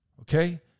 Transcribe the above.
Okay